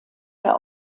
der